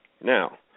Now